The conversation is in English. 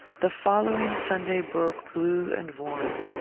the following sunday broke blue and warm.